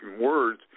words